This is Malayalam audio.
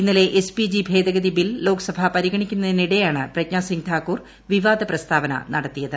ഇന്നലെ എസ്പിജി ഭേദഗതി ബിൽ ലോക്സഭ പരിഗണിക്കുന്നതിനിടെയാണ് പ്രജ്ഞാ സിംഗ് താക്കൂർ വിവാദ പ്രസ്താവന നടത്തിയത്